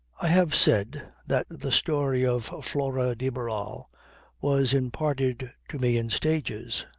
i have said that the story of flora de barral was imparted to me in stages.